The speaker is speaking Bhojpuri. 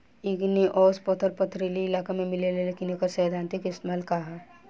इग्नेऔस पत्थर पथरीली इलाका में मिलेला लेकिन एकर सैद्धांतिक इस्तेमाल का ह?